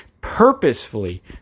purposefully